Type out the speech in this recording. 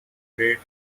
great